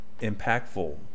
impactful